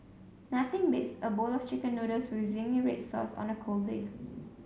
nothing beats a bowl of chicken noodles with zingy red sauce on a cold day